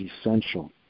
essential